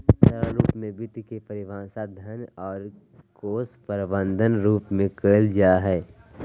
सरल रूप में वित्त के परिभाषा धन और कोश प्रबन्धन रूप में कइल जा हइ